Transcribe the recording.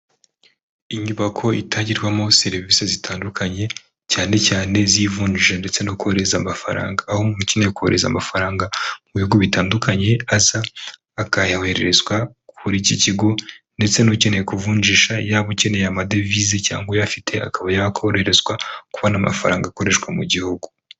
Inyubako itangirwamo serivisi zitandukanye cyane cyane zivunjisha ndetse no kohereza amafaranga. Aho umuntu ukeneye kohereza amafaranga mu bigo bitandukanye aza akayohererezwa kuri iki kigo ndetse n'ukeneye kuvunjisha, yaba ukeneye amadevize cyangwa uyafite, akaba yakoroherezwa kubona amafaranga akoreshwa mu Gihugu.